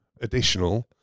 additional